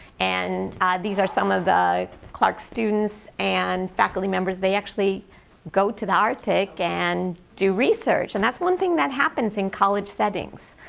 and these are some of the clark students and faculty members. they actually go to the arctic and do research. and that's one thing that happens in college settings.